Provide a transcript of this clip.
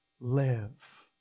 live